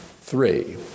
Three